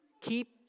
keep